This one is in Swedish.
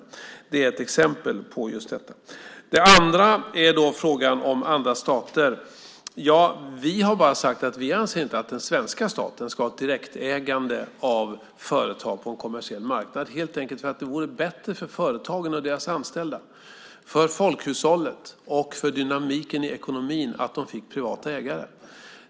Det är ett exempel på just detta. Det andra gällde frågan om andra stater. Vi har bara sagt att vi inte anser att den svenska staten ska ha ett direktägande av företag på en kommersiell marknad, helt enkelt för att det vore bättre för företagen och deras anställda, för folkhushållet och för dynamiken i ekonomin om de fick privata ägare.